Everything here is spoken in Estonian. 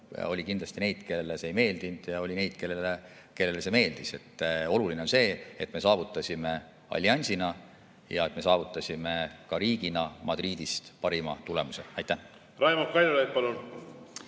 Oli kindlasti neid, kellele see ei meeldinud, ja oli neid, kellele see meeldis. Oluline on see, et me saavutasime alliansina ja me saavutasime ka riigina Madridis parima tulemuse. Raimond Kaljulaid, palun!